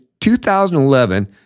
2011